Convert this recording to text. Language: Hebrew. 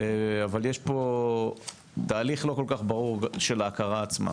אבל יש פה תהליך לא כל כך ברור, של ההכרה עצמה.